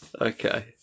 Okay